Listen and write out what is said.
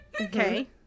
Okay